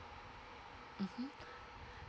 mmhmm